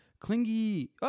clingy